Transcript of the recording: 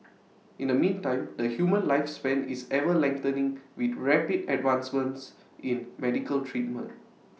in the meantime the human lifespan is ever lengthening with rapid advancements in medical treatment